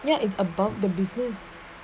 ya it's about the business